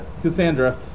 Cassandra